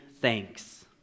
thanks